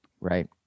Right